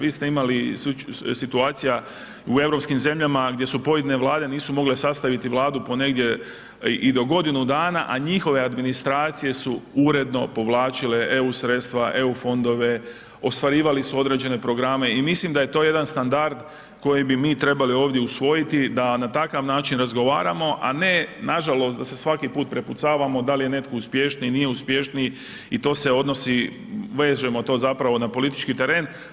Vi ste imali situacija u europskim zemljama, gdje su pojedine vlade, nisu mogle sastaviti vladu po negdje i do godinu dana, a njihove administracije su uredno povlačile eu sredstva, eu fondove, ostvarivali su određene programe i mislim da je to jedan standard koji bi mi trebali ovdje usvojiti da na takav način razgovaramo a ne nažalost da se svaki put prepucavamo da li je netko uspješniji, nije uspješniji i to se odnosi, vežemo to zapravo na politički teren.